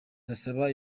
ndasaba